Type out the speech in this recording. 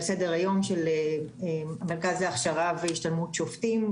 סדר-היום של המרכז להכשרה והשתלמות שופטים.